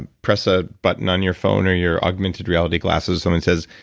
and press a button on your phone or your augmented reality glasses someone says,